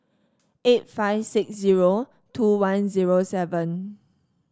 eight five six zero two one zero seven